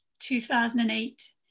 2008